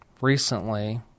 recently